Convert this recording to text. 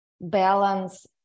balance